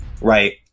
Right